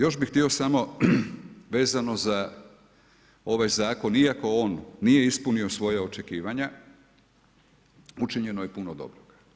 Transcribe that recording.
Još bih htio samo vezano za ovaj zakon, iako on nije ispunio svoja očekivanja, učinjeno je puno dobrog.